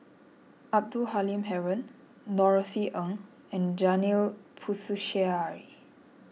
Abdul Halim Haron Norothy Ng and Janil Puthucheary